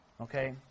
okay